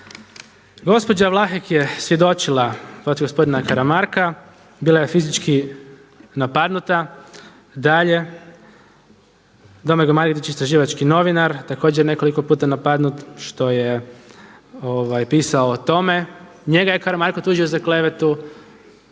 Gospođa Vlahek je svjedočila protiv gospodina Karamarka, bila je fizički napadnuta. Dalje, Domagoj Margetić, istraživački novinar također nekoliko puta napadnut što je pisao o tome. Njega je Karamarko tužio za klevetu.